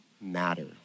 matter